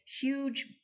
huge